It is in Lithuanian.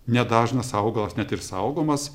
ne dažnas augalas net ir saugomas